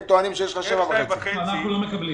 הם טוענים שיש לך 7.5. אנחנו לא מקבלים.